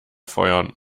feuern